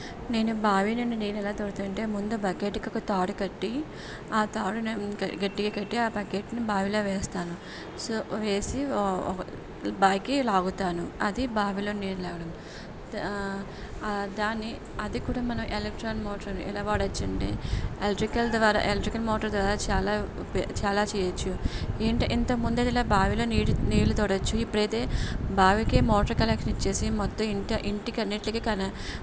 నేను బావి నుండి నీళ్ళు ఎలా తోడతాను అంటే ముందు బకెట్కి త్రాడు కట్టి ఆ త్రాడును గట్టిగా కట్టి ఆ బకెట్ని బావిలో వేస్తాను సో వేసి పైకి లాగుతాను అది బావిలో నీళ్ళు లాగడం తా దాన్ని అది కూడా మనం ఎలక్ట్రాన్ మోటర్ ఎలా వాడవచ్చు అంటే ఎలక్ట్రికల్ ద్వారా ఎలక్ట్రికల్ మోటార్ ద్వారా చాలా చాలా చేయవచ్చు ఏంటి ఇంతముందదిలా బావిలో నీటి నీళ్ళు తోడవచ్చు ఇప్పుడైతే బావికే మోటర్ కనెక్షన్ ఇచ్చేసి మొత్తం ఇంట ఇంటికన్నింటికీ కరెంటు